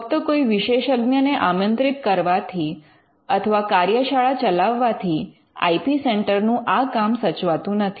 ફક્ત કોઈ વિશેષજ્ઞ ને આમંત્રિત કરવાથી અથવા કાર્યશાળા ચલાવવાથી આઇ પી સેન્ટર નું આ કામ સચવાતું નથી